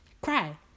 cry